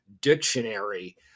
dictionary